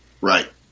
Right